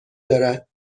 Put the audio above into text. دارد